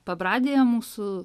pabradėje mūsų